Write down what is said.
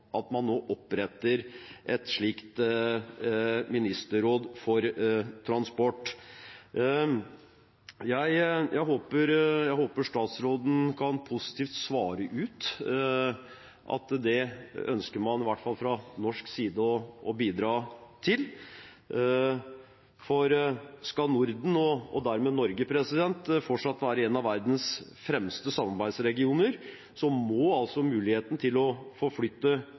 at man ber om at man oppretter et ministerråd for transport. Jeg håper statsråden kan svare positivt på at det ønsker man i hvert fall fra norsk side å bidra til, for skal Norden – og dermed Norge – fortsatt være et av verdens fremste samarbeidsregioner, må altså muligheten til å forflytte